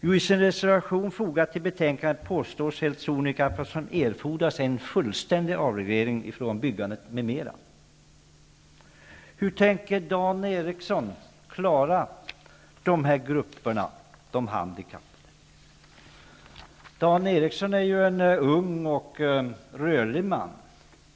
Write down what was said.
Jo, i sin reservation som fogats till betänkandet påstår partiet helt sonika att vad som erfordras är en fullständig avreglering i fråga om byggandet m.m. Hur tänker Dan Eriksson i Stockholm klara dessa grupper, de handikappade? Dan Eriksson är en ung och rörlig man.